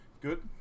Good